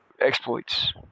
exploits